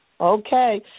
Okay